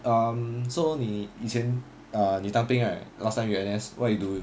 um so 你以前 uh 你当兵 right last time you N_S what you do